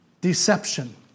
Deception